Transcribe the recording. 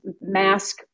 mask